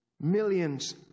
millions